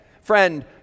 friend